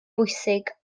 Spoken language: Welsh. bwysig